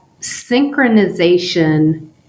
synchronization